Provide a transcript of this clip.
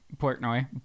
Portnoy